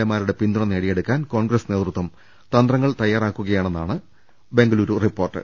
എമാരുടെ പിന്തുണ നേടി യെടുക്കാൻ കോൺഗ്രസ് നേതൃത്വം തന്ത്രങ്ങൾ തയ്യാറാക്കുകയാണെന്നാണ് ബംഗളുരു റിപ്പോർട്ട്